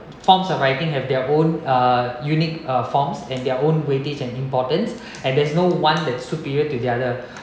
forms of writing have their own uh unique uh forms in their own weightage and importance and there's no one that superior to the other